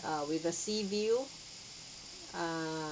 uh with a sea view err